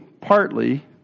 partly